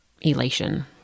elation